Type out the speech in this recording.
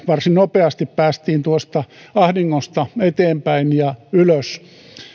varsin nopeasti päästiin tuosta ahdingosta eteenpäin ja ylös